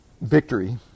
victory